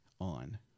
on